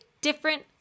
different